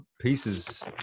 pieces